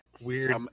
weird